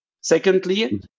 Secondly